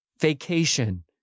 vacation